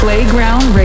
Playground